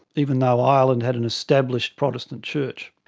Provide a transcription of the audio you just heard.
even though ireland had an established protestant church.